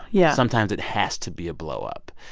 yeah sometimes it has to be a blowup.